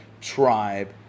tribe